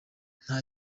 nta